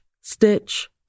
stitch